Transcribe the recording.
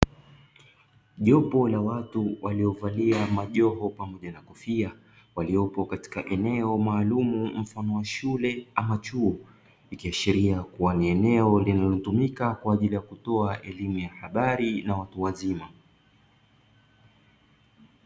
Jopo la watu waliovalia majoho pamoja na kofia waliopo katika eneo maalumu mfano wa shule ama chuo, ikiashiria kuwa ni eneo linalotumika kwa ajili ya kutoa elimu ya habari na watu wazima.